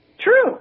True